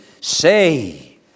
say